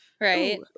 Right